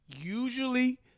usually